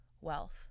wealth